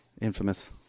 Infamous